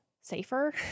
safer